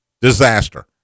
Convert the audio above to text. Disaster